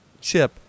Chip